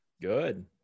Good